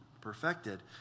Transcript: perfected